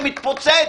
זה מתפוצץ,